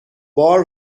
بار